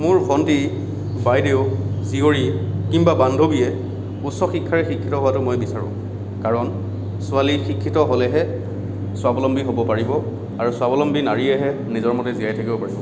মোৰ ভন্টী বাইদেউ জীয়ৰী কিম্বা বান্ধৱীয়ে উচ্চ শিক্ষাৰে শিক্ষিত হোৱাটো মই বিচাৰোঁ কাৰণ ছোৱালীয়ে শিক্ষিত হ'লেহে স্বাৱলম্বী হ'ব পাৰিব আৰু স্বাৱলম্বী নাৰীয়েহে নিজৰ মতে জীয়াই থাকিব পাৰিব